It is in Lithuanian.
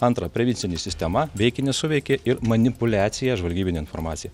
antra prevencinė sistema veikė nesuveikė ir manipuliacija žvalgybine informacija